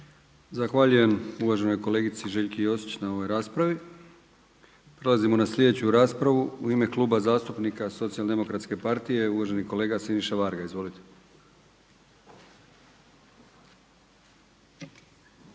Zahvaljujem uvaženom kolegi Željku Lenartu na ovoj raspravi. Prelazimo na sljedeću raspravu. U ime Kluba zastupnika MOST-a uvaženi kolega Tomislav Panenić. Izvolite.